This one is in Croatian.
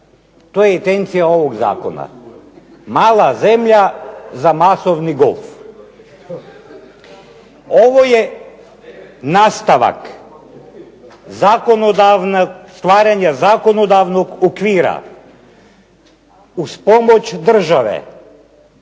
To je intencija ovog zakona. Mala zemlja za masovni golf. Ovo je nastavak stvaranja zakonodavnog okvira. Uz pomoć države